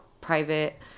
private